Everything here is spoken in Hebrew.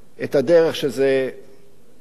את הדרך שזה התאפשר,